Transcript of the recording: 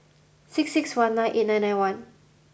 six six one nine eight nine nine one